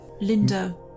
Linda